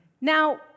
Now